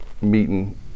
meeting